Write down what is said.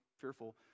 fearful